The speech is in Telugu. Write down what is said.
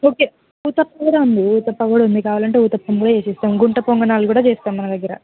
ఓకే ఊతప్పం కూడా ఉంది ఊతప్పం కూడా ఉంది కావాలి అంటే ఊతప్పం కూడా వేసి ఇస్తాము గుంట పొంగనాలు కూడా చేస్తాము మన దగ్గర